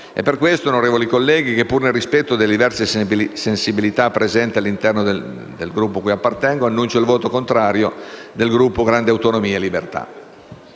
è per questi motivi che, che pur nel rispetto delle diverse sensibilità presenti all'interno del Gruppo cui appartengo, annuncio il voto contrario del Gruppo Grandi Autonomie e